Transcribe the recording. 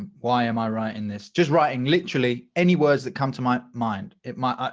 um why am i writing this just writing literally any words that come to my mind, it might, ah